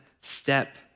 step